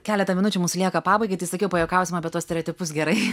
keletą minučių mūsų lieka pabaigai tai sakiau pajuokausim apie tuos stereotipus gerai